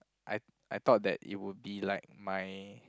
I I thought that it would be like my